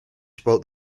spoke